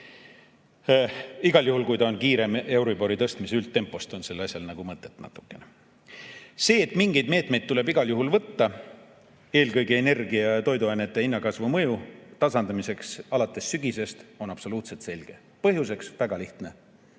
Igal juhul, kui see on kiirem Euribori tõstmise üldtempost, siis on sellel asjal natukene nagu mõtet. See, et mingeid meetmeid tuleb igal juhul võtta, eelkõige energia ja toiduainete kallinemise mõju tasandamiseks alates sügisest, on absoluutselt selge. Põhjus on väga lihtne: